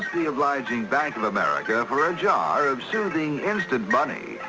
the obliging bank of america for a jar of soothing instant money.